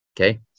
Okay